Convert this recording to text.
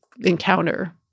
encounter